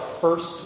first